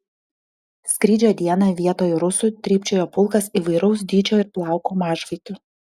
skrydžio dieną vietoj rusų trypčiojo pulkas įvairaus dydžio ir plauko mažvaikių